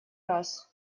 раз